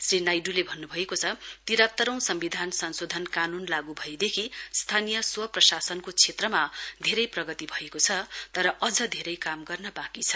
श्री नाइडूले भन्नुभएको छ तिरात्तरौं सम्विधान संशोधन कानून लागू भएदेखि स्थानीय स्व प्रशासनको क्षेत्रमा धेरै प्रगति भएको छ तर अझै धेरै काम गर्न बाँकी छ